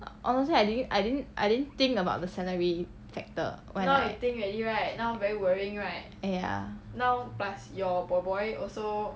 honestly I didn't I didn't I didn't think about the salary factor when I ya